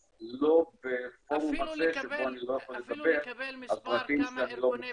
אז לא בפורום הזה שבו אני לא יכול לדבר על פרטים שאני לא מורשה בהם.